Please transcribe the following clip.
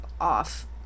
off